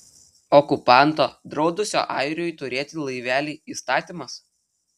okupanto draudusio airiui turėti laivelį įstatymas